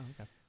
okay